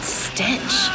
stench